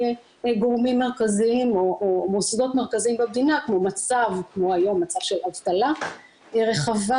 גורמים או מוסדות מרכזיים במדינה כמו היום במצב של אבטלה רחבה,